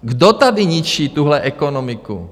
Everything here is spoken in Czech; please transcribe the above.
Kdo tady ničí tuhle ekonomiku?